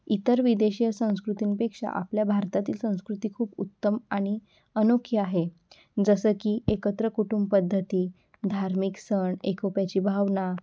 इतर विदेशीय संस्कृतींपेक्षा आपल्या भारतातील संस्कृती खूप उत्तम आणि अनोखी आहे जसं की एकत्र कुटुंबपद्धती धार्मिक सण एकोप्याची भावना